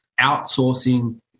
outsourcing